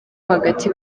hagati